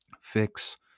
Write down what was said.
fix